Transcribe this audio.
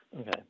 Okay